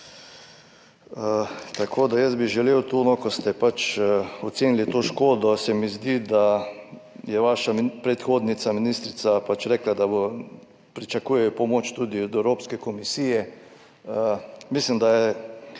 Tu bi želel, ko ste pač ocenili to škodo, se mi zdi, da je vaša predhodnica ministrica rekla, da pričakujejo pomoč tudi od Evropske komisije. Mislim, da je